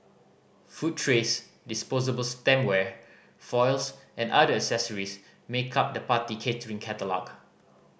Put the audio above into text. food trays disposable stemware foils and other accessories make up the party catering catalogue